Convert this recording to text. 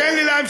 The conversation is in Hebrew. תן לי להמשיך,